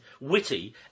witty